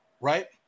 right